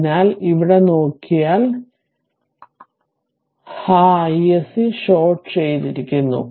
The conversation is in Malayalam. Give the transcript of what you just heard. അതിനാൽ ഇവിടെ നോക്കിയാൽ ആ iSC ഷോർട്ട് ചെയ്തിരിക്കുന്നു